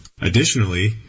Additionally